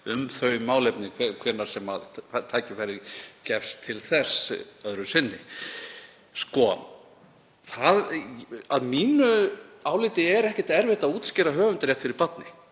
um þau málefni hvenær sem tækifæri gefst til þess öðru sinni. Að mínu áliti er ekki erfitt að útskýra höfundarétt fyrir barni